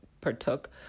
partook